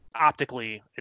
optically